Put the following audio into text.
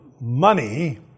money